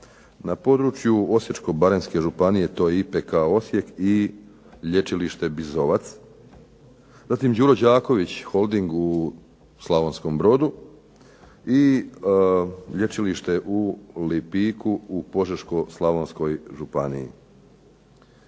Na području Osječko-baranjske županije to je IPK Osijek i lječilište Bizovac, zatim Đuro Đaković holding u Slavonskom brodu i lječilište u Lipiku u Požeško-slavonskoj županiji.